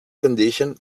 condition